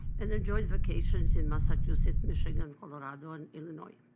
and enjoyed vacations in massachusetts, michigan, colorado, and illinois.